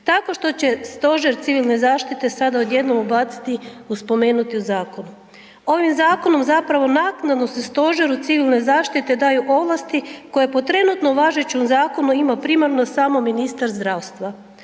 tako što će Stožer civilne zaštite sada odjednom ubaciti u spomenuti zakon. Ovim zakonom zapravo naknadno se Stožeru civilne zaštite daju ovlasti koje po trenutno važećem zakonu ima primarno samo ministar zdravstva,